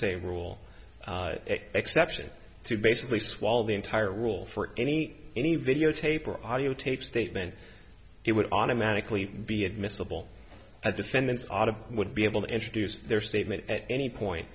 hearsay rule exception to basically swallow the entire rule for any any videotape or audiotape statement it would automatically be admissible as defendants audible would be able to introduce their statement at any point